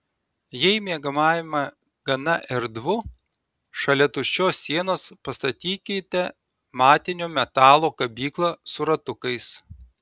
jei miegamajame gana erdvu šalia tuščios sienos pastatykite matinio metalo kabyklą su ratukais